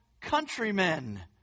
countrymen